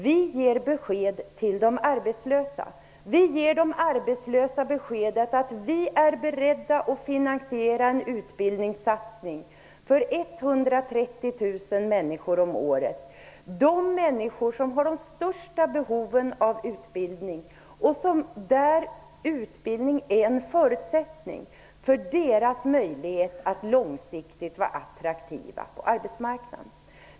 Vi ger besked till de arbetslösa. Vi ger de arbetslösa beskedet att vi är beredda att finansiera en utbildningssatsning för 130 000 människor om året. Det gäller de människor som har de största behoven av utbildning. Utbildning är en förutsättning för deras möjligheter att långsiktigt vara attraktiva på arbetsmarknaden.